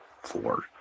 four